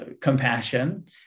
compassion